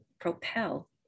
propel